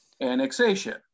Annexation